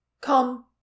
Come